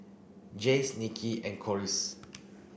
Jace Nicky and Corliss